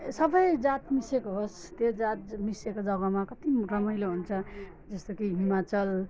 सबै जात मिसिएको होस् त्यो जात मिसिएको जग्गामा कति रमाइलो हुन्छ जस्तो कि हिमाचल